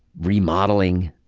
remodeling,